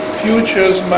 futures